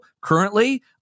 currently